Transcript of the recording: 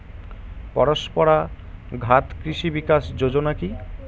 পরম্পরা ঘাত কৃষি বিকাশ যোজনা কি?